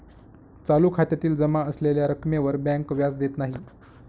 चालू खात्यातील जमा असलेल्या रक्कमेवर बँक व्याज देत नाही